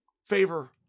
favor